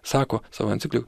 sako savo enciklikoj